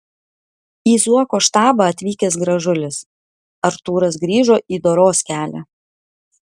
į zuoko štabą atvykęs gražulis artūras grįžo į doros kelią